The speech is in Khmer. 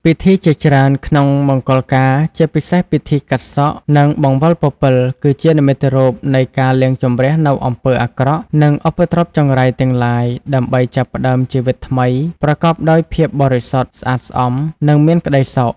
ពិធីជាច្រើនក្នុងមង្គលការ ជាពិសេសពិធី កាត់សក់ និង បង្វិលពពិល គឺជានិមិត្តរូបនៃការលាងជម្រះនូវអំពើអាក្រក់ និងឧបទ្រពចង្រៃទាំងឡាយ ដើម្បីចាប់ផ្តើមជីវិតថ្មីប្រកបដោយភាពបរិសុទ្ធ ស្អាតស្អំ និងមានក្តីសុខ ។